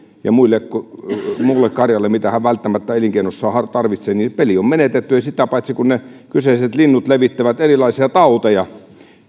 ja muulle karjalle mitä hän välttämättä elinkeinossaan tarvitsee niin peli on menetetty sitä paitsi ne kyseiset linnut levittävät erilaisia tauteja